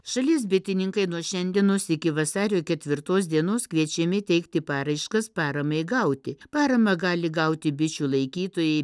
šalies bitininkai nuo šiandienos iki vasario ketvirtos dienos kviečiami teikti paraiškas paramai gauti paramą gali gauti bičių laikytojai